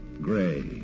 Gray